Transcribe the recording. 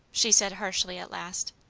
she said harshly at last.